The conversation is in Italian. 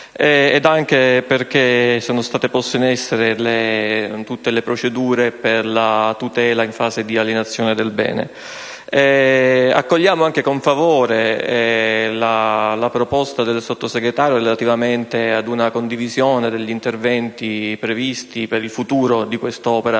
ma anche perché sono state poste in essere tutte le procedure di tutela previste per la fase di alienazione del bene. Accogliamo anche con favore la proposta della Sottosegretario relativa ad una condivisione degli interventi previsti per il futuro di quest'opera,